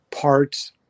parts